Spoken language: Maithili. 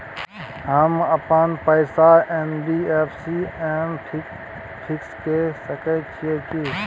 हम अपन पैसा एन.बी.एफ.सी म फिक्स के सके छियै की?